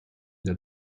der